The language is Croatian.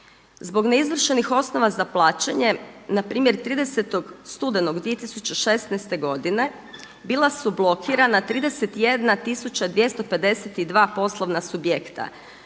Zbog neizvršenih osnova za plaćanje, na primjer 30. studenog 2016. godine bila su blokirana 31252 poslovna subjekta